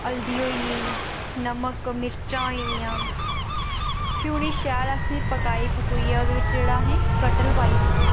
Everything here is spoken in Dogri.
हल्दी होई गेई नमक मिर्चा होई गेइयां फ्ही उ'नें गी शैल असें पकाइयै पकाई पकोई ओहदे बिच जेहड़ा असें कटल पाई ओड़ना